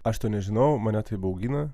aš to nežinau mane tai baugina